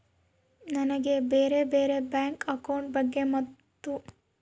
ನನಗೆ ಬ್ಯಾರೆ ಬ್ಯಾರೆ ಬ್ಯಾಂಕ್ ಅಕೌಂಟ್ ಬಗ್ಗೆ ಮತ್ತು?